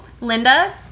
Linda